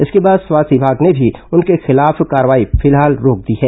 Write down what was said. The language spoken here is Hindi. इसके बाद स्वास्थ्य विभाग ने भी उनके खिलाफ कार्रवाई फिलहाल रोक दी है